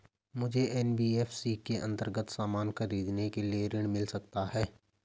मुझे एन.बी.एफ.सी के अन्तर्गत सामान खरीदने के लिए ऋण मिल सकता है?